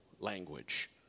language